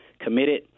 committed